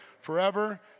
forever